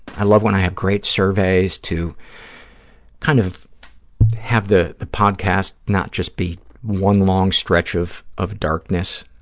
i love when i have great surveys to kind of have the the podcast not just be one long stretch of of darkness.